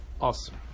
Awesome